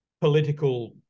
political